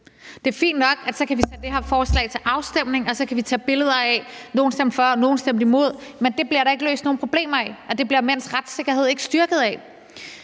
Det er fint nok, at så kan vi tage det her forslag til afstemning, og så kan vi tage billeder af, at nogle stemte for og nogle stemte imod, men det bliver der ikke løst nogen problemer af, og det bliver mænds retssikkerhed ikke styrket af.